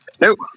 nope